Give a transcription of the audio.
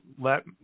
let